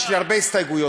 יש לי הרבה הסתייגויות,